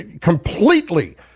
completely